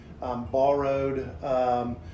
borrowed